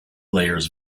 layers